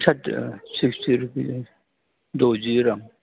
sixty rupees द'जि रां